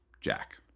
Jack